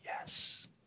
yes